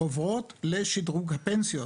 עוברות לשדרוג הפנסיות